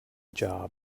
job